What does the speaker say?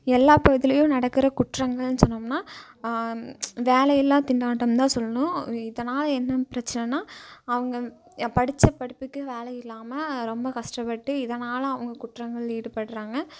எல்லா பகுதியிலேயும் நடக்கிற குற்றங்கள்னு சொன்னோம்னா வேலையில்லா திண்டாட்டம் தான் சொல்லணும் இதனால் என்ன பிரச்சனைன்னா அவங்க படித்த படிப்புக்கு வேலை இல்லாமல் ரொம்ப கஷ்டப்பட்டு இதனால் அவங்க குற்றங்கள் ஈடுபடுறாங்க